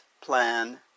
plan